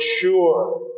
Sure